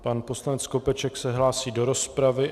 Pan poslanec Skopeček se hlásí do rozpravy.